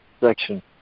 section